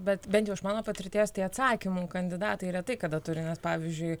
bet bent jau iš mano patirties tai atsakymų kandidatai retai kada turi nes pavyzdžiui